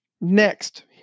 Next